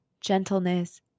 gentleness